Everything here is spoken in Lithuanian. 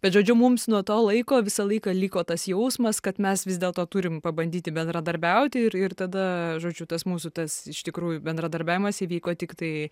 bet žodžiu mums nuo to laiko visą laiką liko tas jausmas kad mes vis dėlto turim pabandyti bendradarbiauti ir ir tada žodžiu tas mūsų tas iš tikrųjų bendradarbiavimas įvyko tiktai